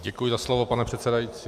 Děkuji za slovo, pane předsedající.